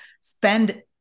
spend